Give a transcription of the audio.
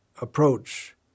approach